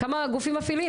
כמה גופים מפעילים?